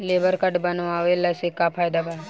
Labour card बनवाला से का फायदा बा?